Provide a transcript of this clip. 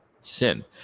sin